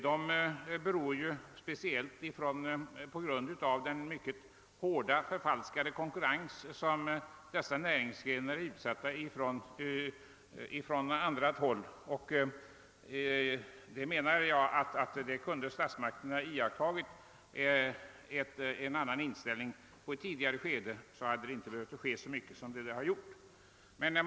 Det beror ju speciellt på den mycket hårda onormala konkurrens som dessa näringsgrenar är utsatta för från annat håll. Om statsmakterna i ett tidigare skede haft en annan inställning, hade det inte behövt förekomma så många företagsnedläggelser som nu skett.